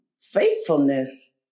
faithfulness